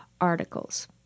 articles